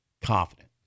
Confident